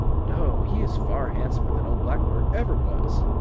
no, he is far handsomer than old blackbird ever was.